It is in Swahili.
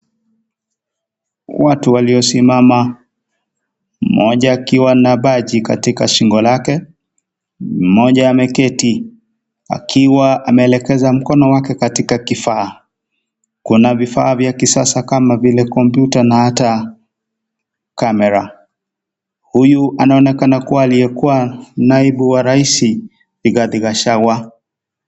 Watu waliosimama. Mmoja akiwa na beji katika shingo lake. Mmoja ameketi akiwa ameelekeza mkono wake katika kifaa. Kuna vifaa vya kisasa kama vile kompyuta na hata kamera. Huyu anaonekana kuwa aliyekuwa naibu wa raisi Rigathi Gachagua.